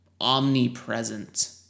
omnipresent